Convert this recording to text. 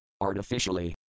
artificially